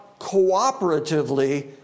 cooperatively